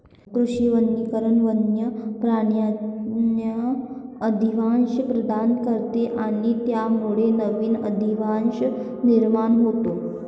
कृषी वनीकरण वन्य प्राण्यांना अधिवास प्रदान करते आणि त्यामुळे नवीन अधिवास निर्माण होतो